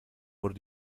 wurde